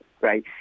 right